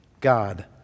God